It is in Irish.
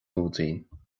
lúidín